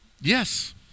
Yes